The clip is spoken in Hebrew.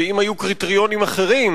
ואם היו קריטריונים אחרים,